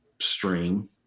stream